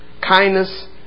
kindness